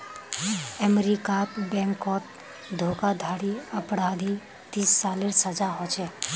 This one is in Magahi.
अमेरीकात बैनकोत धोकाधाड़ी अपराधी तीस सालेर सजा होछे